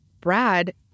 Brad